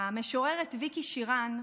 המשוררת ויקי שירן,